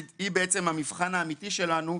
שהיא בעצם המבחן האמיתי שלנו,